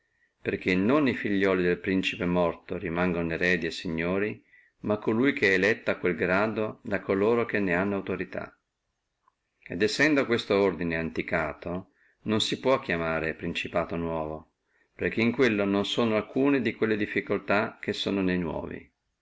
perché non e figliuoli del principe vecchio sono eredi e rimangono signori ma colui che è eletto a quel grado da coloro che ne hanno autorità et essendo questo ordine antiquato non si può chiamare principato nuovo perché in quello non sono alcune di quelle difficultà che sono ne nuovi